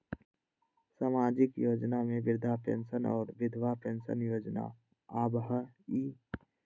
सामाजिक योजना में वृद्धा पेंसन और विधवा पेंसन योजना आबह ई?